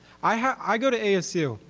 i go to asu,